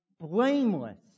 blameless